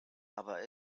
aber